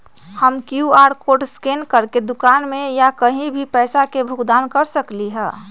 हम QR code scan करके दुकान में या कहीं भी पैसा के भुगतान कर सकली ह?